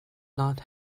not